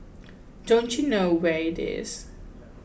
don't you know where it is